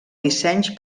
dissenys